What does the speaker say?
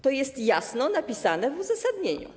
To jest jasno napisane w uzasadnieniu.